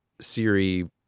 Siri